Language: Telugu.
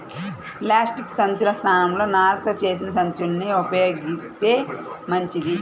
ప్లాస్టిక్ సంచుల స్థానంలో నారతో చేసిన సంచుల్ని ఉపయోగిత్తే మంచిది